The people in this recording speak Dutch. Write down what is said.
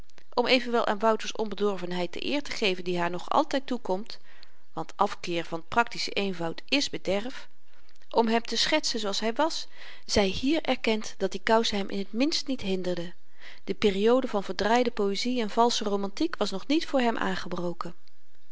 om evenwel aan wouters onbedorvenheid de eer te geven die haar nog altyd toekomt want afkeer van praktischen eenvoud is bederf om hem te schetsen zooals hy wàs zy hier erkend dat die kousen hem in t minst niet hinderden de periode van verdraaide poëzie en valsche romantiek was nog niet voor hem aangebroken